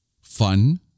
fun